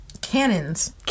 Cannons